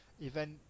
event